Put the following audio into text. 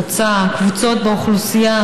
חוצה קבוצות באוכלוסייה,